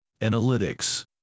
Analytics